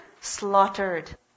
slaughtered